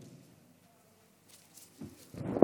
תודה לך.